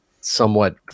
somewhat